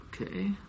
Okay